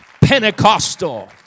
Pentecostal